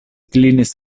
klinis